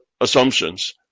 assumptions